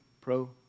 pro